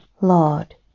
Lord